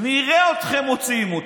נראה אתכם מוציאים אותי,